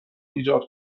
ایجاد